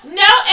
no